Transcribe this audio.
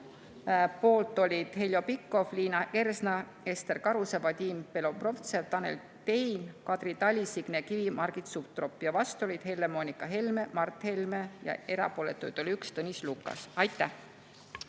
poolt olid Heljo Pikhof, Liina Kersna, Ester Karuse, Vadim Belobrovtsev, Tanel Tein, Kadri Tali, Signe Kivi ja Margit Sutrop, vastu olid Helle-Moonika Helme ja Mart Helme ning erapooletuid oli 1, Tõnis Lukas. Aitäh!